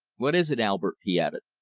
what is it, albert? he added.